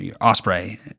Osprey